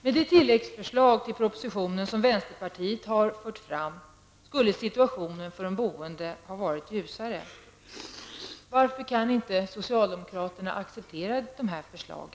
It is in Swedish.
Med det tilläggsförslag till propositionen som vänsterpartiet har fört fram skulle situationen för de boende ha varit ljusare. Varför kan inte socialdemokraterna acceptera dessa förslag?